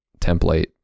template